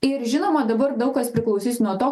ir žinoma dabar daug kas priklausys nuo to